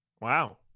Wow